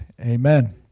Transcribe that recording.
Amen